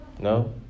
No